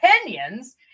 opinions